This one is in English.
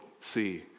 see